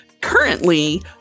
Currently